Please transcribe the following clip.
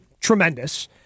tremendous